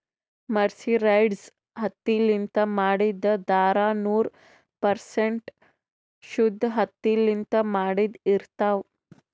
mercerized ಹತ್ತಿಲಿಂತ್ ಮಾಡಿದ್ದ್ ಧಾರಾ ನೂರ್ ಪರ್ಸೆಂಟ್ ಶುದ್ದ್ ಹತ್ತಿಲಿಂತ್ ಮಾಡಿದ್ದ್ ಇರ್ತಾವ್